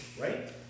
right